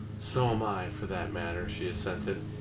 so am i, for that matter, she assented.